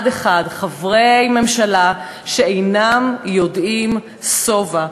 אחד-אחד, חברי ממשלה שאינם יודעים שובע.